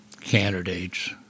candidates